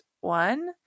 one